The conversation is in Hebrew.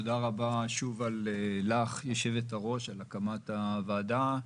תודה שוב לך, היושבת-ראש, על הקמת הוועדה.